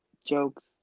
Jokes